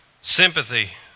sympathy